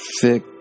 thick